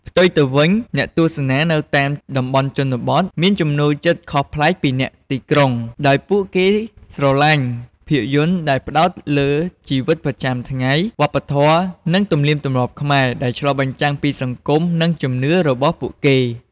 ផ្ទុយទៅវិញ អ្នកទស្សនានៅតាមតំបន់ជនបទមានចំណូលចិត្តខុសប្លែកពីអ្នកទីក្រុង ដោយពួកគេស្រឡាញ់ភាពយន្តដែលផ្ដោតលើ ជីវិតប្រចាំថ្ងៃ វប្បធម៌ និងទំនៀមទម្លាប់ខ្មែរ ដែលឆ្លុះបញ្ចាំងពីសង្គម និងជំនឿរបស់ពួកគេ។